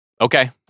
Okay